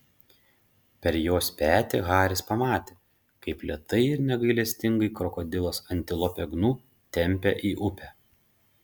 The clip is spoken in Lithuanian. per jos petį haris pamatė kaip lėtai ir negailestingai krokodilas antilopę gnu tempia į upę